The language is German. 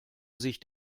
sich